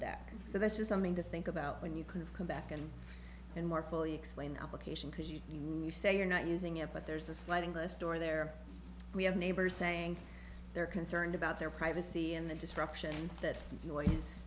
back so this is something to think about when you can come back and and more fully explain the application because you mean you say you're not using it but there's a sliding glass door there we have neighbors saying they're concerned about their privacy and the disruption that noise